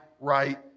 right